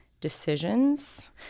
decisions